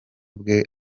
bwe